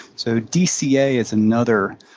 so dca is another